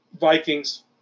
Vikings